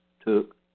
took